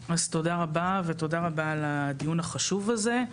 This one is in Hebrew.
אז תודה רבה ותודה רבה על הדיון החשוב הזה.